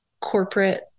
corporate